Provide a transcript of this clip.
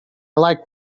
liked